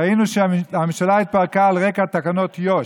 ראינו שהממשלה התפרקה על רקע תקנות יו"ש.